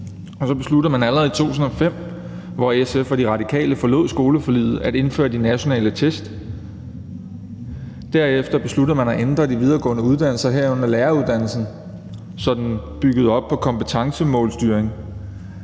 Så besluttede man allerede i 2005, hvor SF og De Radikale forlod skoleforliget, at indføre de nationale test. Derefter besluttede man at ændre de videregående uddannelser, herunder læreruddannelsen, så den byggede på kompetencemålstyring,